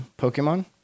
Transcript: Pokemon